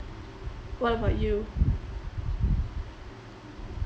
what about you